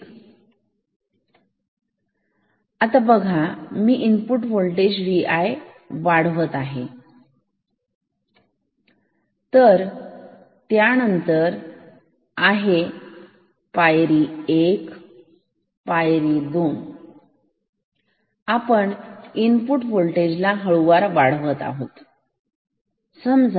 ठीक आता बघा मी इनपुट होल्टेज Vi वाढवत आहे तर त्यानंतर या आहेत पायरी 1 पायरी 2 आणि आपण Vi ला हळुवार वाढवत आहोत